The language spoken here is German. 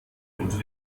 unter